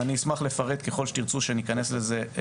אני אשמח לפרט ככל שתרצו שאכנס לזה.